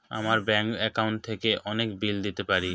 আমরা bank account থেকে অনেক বিল দিতে পারি